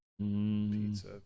pizza